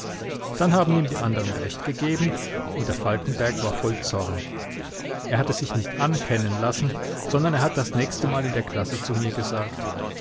dann haben ihm die andern recht gegeben und der falkenberg war voll zorn er hat es sich nicht ankennen lassen sondern er hat das nächstemal in der klasse zu mir gesagt